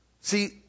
See